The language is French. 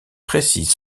précise